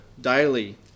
daily